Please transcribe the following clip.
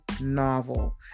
novel